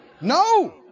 No